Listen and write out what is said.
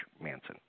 Manson